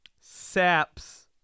Saps